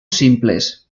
simples